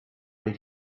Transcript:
did